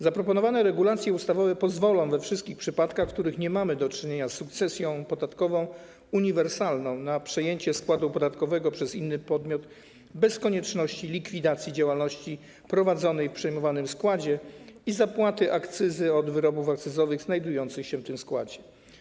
Zaproponowane regulacje ustawowe pozwolą we wszystkich przypadkach, w których nie mamy do czynienia z sukcesją podatkową uniwersalną, na przejęcie składu podatkowego przez inny podmiot bez konieczności likwidacji działalności prowadzonej w przejmowanym składzie i zapłaty akcyzy od wyrobów akcyzowych znajdujących się w tym składzie.